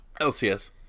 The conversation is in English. LCS